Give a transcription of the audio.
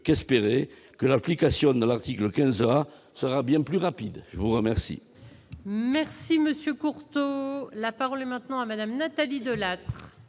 qu'espérer que l'application de l'article 15 heures à sera bien plus rapide, je vous remercie.